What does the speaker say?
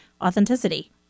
authenticity